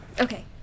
Okay